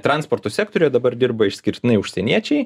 transporto sektoriuje dabar dirba išskirtinai užsieniečiai